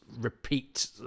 repeat